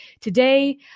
today